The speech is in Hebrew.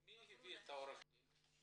מי הביא את העורך דין?